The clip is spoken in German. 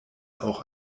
auch